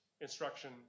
instruction